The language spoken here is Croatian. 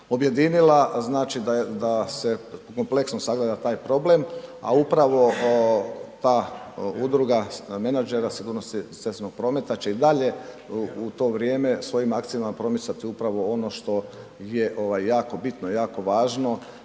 objedinila, znači da se kompleksno sagleda taj problem, a upravo ta udruga menadžera sigurnosti cestovnog prometa će i dalje u to vrijeme svojim akcijama promicati upravo ono što je jako bitno, jako važno